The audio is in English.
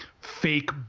fake